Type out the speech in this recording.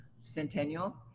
centennial